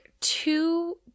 two